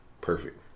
Perfect